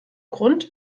grund